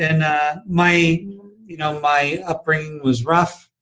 and ah my you know my upbringing was rough,